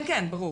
כן, ברור.